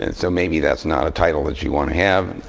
and so maybe that's not a title that you want to have.